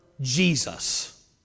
Jesus